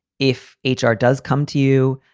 if h r. does come to you,